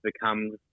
becomes